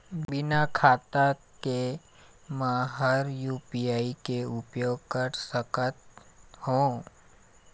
बिना खाता के म हर यू.पी.आई के उपयोग कर सकत हो?